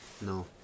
No